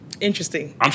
Interesting